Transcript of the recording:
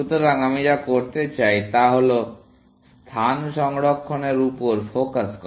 সুতরাং আমি যা করতে চাই তা হল স্থান সংরক্ষণের উপর ফোকাস করা